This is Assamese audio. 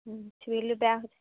চিভিলটো বেয়া